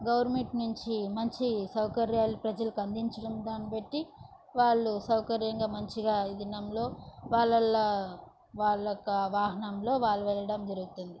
government నుంచి మంచి సౌకర్యాలు ప్రజలకి అందించడం దాన్ని బట్టి వాళ్ళు సౌకర్యంగా మంచిగా ఈ దినంలో వల్లళ్ళ వాళ్ళ వాహనంలో వాళ్ళు వెళ్ళడం జరుగుతుంది